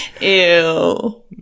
Ew